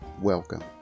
welcome